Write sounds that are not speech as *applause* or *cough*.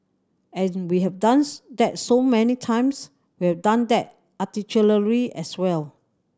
and we have done that so many times we have done that *unintelligible* as well